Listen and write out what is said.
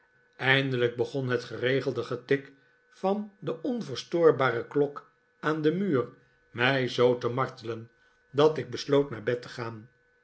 eindelijk begon het geregelde getik van de onverstoorbare klok aan den muur mij zoo te martelen dat ik besloot naar bed te gaan